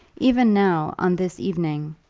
even now, on this evening,